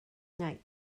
night